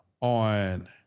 on